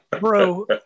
bro